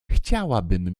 chciałabym